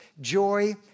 joy